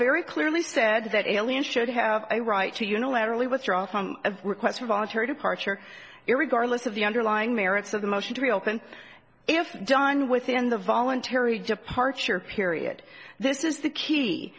very clearly said that aliens should have a right to unilaterally withdraw from of requests for a voluntary departure every garlits of the underlying merits of the motion to reopen if done within the voluntary departure period this is the key